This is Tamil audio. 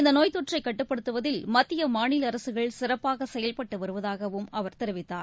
இந்தநோய்த்தொற்றைகட்டுப்படுத்துவதில் மத்திய மாநிலஅரசுகள் சிறப்பாகசெயல்பட்டுவருவதாகவும் அவர் தெரிவித்தார்